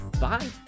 bye